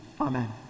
Amen